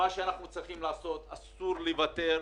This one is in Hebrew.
מה שאנחנו צריכים לעשות אסור לוותר.